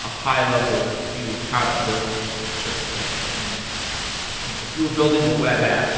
a high level view of how to build certain things. and you know if you're building a web app,